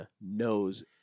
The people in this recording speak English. knows